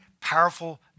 powerful